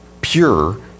pure